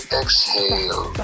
exhale